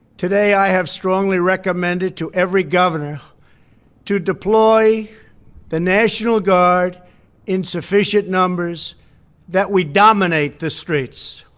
today i have strongly recommended to every governor to deploy the national guard in sufficient numbers that we dominate the streets.